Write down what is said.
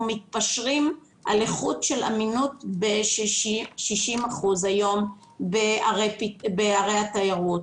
מתפשרים על איכות של אמינות ב-60% היום בערי התיירות.